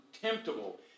contemptible